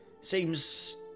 Seems